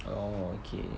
orh okay